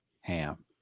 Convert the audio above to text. ham